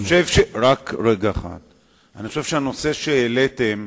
אני חושב שהנושא שהעליתם,